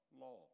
law